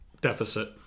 deficit